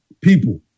People